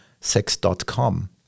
sex.com